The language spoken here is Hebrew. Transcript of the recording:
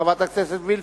חברת הכנסת וילף?